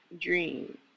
dream